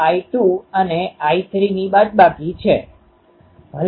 તેથી ચાલો હું એરે ફેક્ટરની ચર્ચા ફરીથી લખીશ એનો અર્થ એ કે આ ખૂણો Ψ12૦d cos α